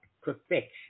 perfection